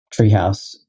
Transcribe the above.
treehouse